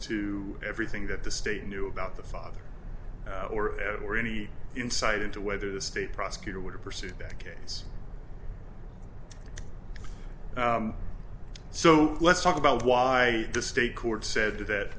to everything that the state knew about the father or or any insight into whether the state prosecutor would pursue that case so let's talk about why the state court said that